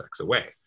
away